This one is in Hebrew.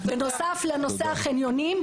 בנוסף לנושא החניונים,